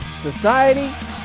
society